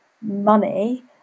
money